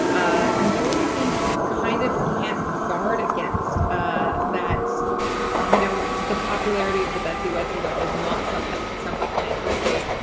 ah and those are things you kind of can't guard against ah you know the popularity of the betsy wetsy doll is not something that somebody can anticipate.